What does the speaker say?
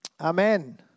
Amen